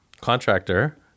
contractor